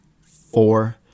Four